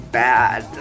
bad